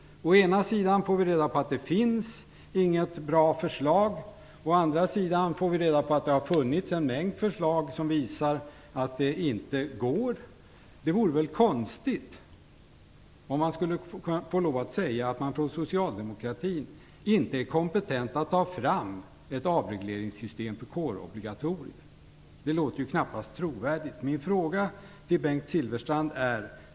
Å ena sidan får vi reda på att det inte finns något bra förslag. Å andra sidan får vi reda på att det har funnits en mängd förslag som visar att det inte går att avreglera. Det vore väl konstigt om man från socialdemokratins sida sade att man inte var kompetent att ta fram ett avregleringssysstem för kårobligatoriet. Det låter knappast trovärdigt.